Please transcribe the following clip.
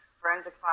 Forensic